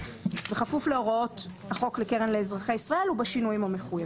בכפוף להוראות החוק לקרן לאזרחי ישראל ובשינויים המחויבים.